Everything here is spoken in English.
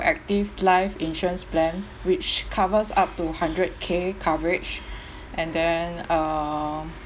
protective life insurance plan which covers up to hundred K coverage and then um